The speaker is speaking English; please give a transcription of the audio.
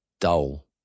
dull